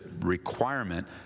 requirement